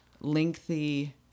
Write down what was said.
lengthy